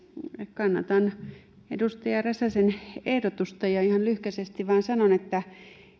kannatan edustaja räsäsen ehdotusta ja ihan lyhkäisesti vain sanon että